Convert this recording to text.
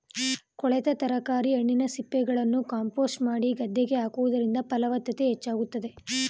ಕೊಳೆತ ತರಕಾರಿ, ಹಣ್ಣಿನ ಸಿಪ್ಪೆಗಳನ್ನು ಕಾಂಪೋಸ್ಟ್ ಮಾಡಿ ಗದ್ದೆಗೆ ಹಾಕುವುದರಿಂದ ಫಲವತ್ತತೆ ಹೆಚ್ಚಾಗುತ್ತದೆ